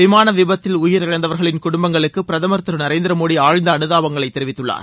விமான விபத்தில் உயிரிழந்தவர்களின் குடும்பங்களுக்கு பிரதமர் திரு நரேந்திர மோடி ஆழ்ந்த அனுதாபங்களை தெரிவித்துள்ளார்